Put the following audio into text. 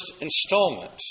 installment